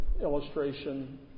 illustration